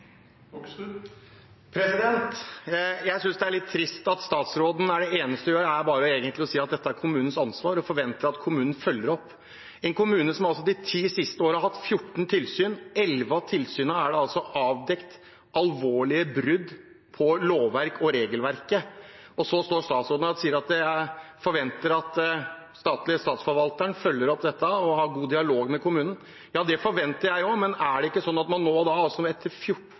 Jeg synes det er litt trist at det eneste statsråden gjør, er å si at dette er kommunens ansvar og forvente at kommunen følger opp. En kommune har de ti siste årene altså hatt fjorten tilsyn hvor det i elleve av tilsynene er avdekt alvorlige brudd på lovverk og regelverk, og så står statsråden og sier at hun forventer at den statlige statsforvalteren følger opp dette og har god dialog med kommunen. Ja, det forventer jeg også, men